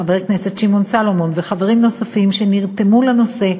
חבר הכנסת שמעון סולומון וחברים נוספים שנרתמו לנושא,